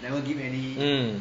mm